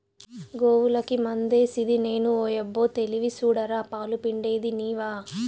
గోవులకి మందేసిది నేను ఓయబ్బో తెలివి సూడరా పాలు పిండేది నీవా